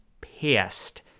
pissed